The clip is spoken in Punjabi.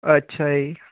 ਅੱਛਾ ਜੀ